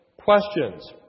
questions